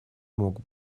мог